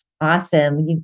Awesome